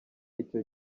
icyo